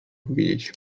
powiedzieć